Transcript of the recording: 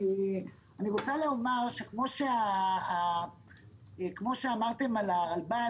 אני רוצה לומר שכמו שאמרתם על הרלב"ד